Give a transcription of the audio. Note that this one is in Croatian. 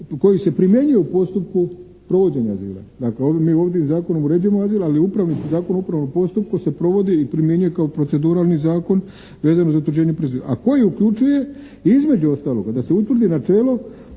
koji se primjenjuje u postupku provođenja azila. Dakle ovim mi zakonom uređujemo azil, ali Zakon o upravnom postupku se provodi i primjenjuje kao proceduralni zakon vezano za … /Ne razumije se./ … a koji uključuje između ostaloga da se utvrdi načelo